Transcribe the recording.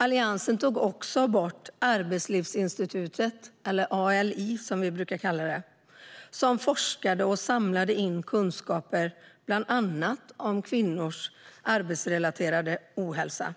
Alliansen tog också bort Arbetslivsinstitutet, ALI, som forskade och samlade in kunskap bland annat om kvinnors arbetsrelaterade ohälsa.